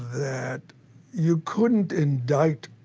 that you couldn't indict